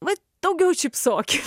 vat daugiau šypsokis